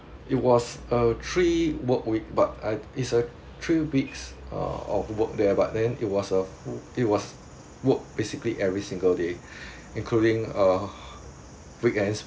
it was a three work week but I it's a three weeks uh of work there but then it was a it was work basically every single day including uh weekends